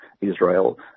Israel